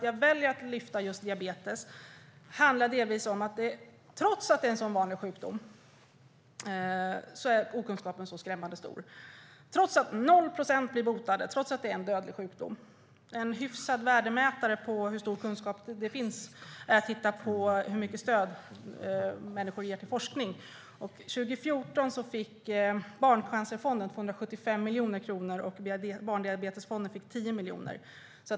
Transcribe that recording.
Jag väljer att lyfta fram just diabetes, delvis beroende på att okunskapen är skrämmande stor - trots att det är en vanlig sjukdom, trots att 0 procent blir botade och trots att det är en dödlig sjukdom. En hyfsad värdemätare av hur stor kunskap det finns är hur mycket stöd människor ger till forskning. År 2014 fick Barncancerfonden 275 miljoner kronor, och Barndiabetesfonden fick 10 miljoner kronor.